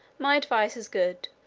my advice is good,